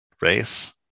race